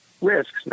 risks